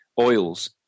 oils